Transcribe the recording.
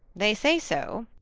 they say so,